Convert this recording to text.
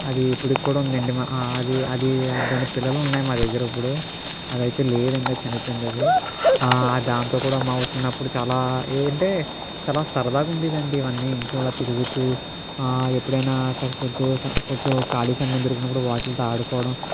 అది ఇప్పుడిక్కూడా ఉందండి అది అది దాని పిల్లలు ఉన్నాయి మా దగ్గర ఇప్పుడు అది అయితే లేదు లేదండి చనిపోయిందది దాంతో కూడా మా చిన్నప్పుడు చాలా ఏంటే చాలా సరదాగా ఉండేదండి ఇవన్నీ ఇంట్లో అలా తిరుగుతూ ఎప్పుడైనా అక్కడ కొంచం కొంచం ఖాళీ సమయం దిరికినప్పుడు వాట్లితో ఆడుకోవడం